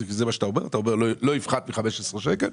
אתה אומר שלא יפחת מ-15 שקלים,